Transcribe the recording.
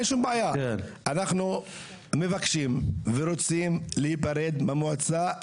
אנחנו מבקשים ורוצים להיפרד מהמועצה,